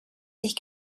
sich